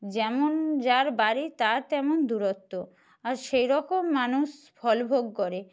যেমন যার বাড়ি তার তেমন দূরত্ব আর সেই রকম মানুষ ফলভোগ করে